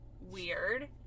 weird